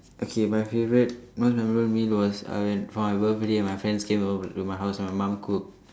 okay my favorite most memorably meal was uh for my birthday my friends came over to my house and my mum cook